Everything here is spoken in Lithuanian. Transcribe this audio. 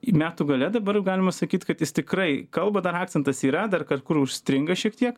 į metų gale dabar jau galima sakyt kad jis tikrai kalba dar akcentas yra dar kar kur užstringa šiek tiek